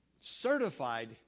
certified